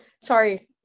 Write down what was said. sorry